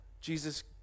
Jesus